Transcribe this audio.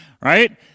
Right